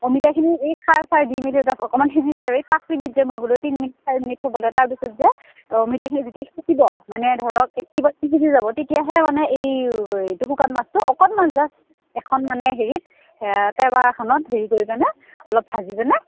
অঁ অমিতাখিনি এই খাৰ চাৰ দি মেলি জাষ্ট অকমান সিজিছে এই পাঁচ মিনিট যে মই তিন মিনিট তাৰপিছত যে অমিতাখিনি যেতিয়া মানে ধৰক এইটি পাৰ্চেণ্ট সিজি যাব তেতিয়াহে মানে এই এইটো শুকান মাছটো অকণমান জাষ্ট এখন মানে হেৰিত তেৱা এখনত হেৰি কৰি মানে অলপ ভাজি